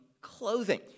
clothing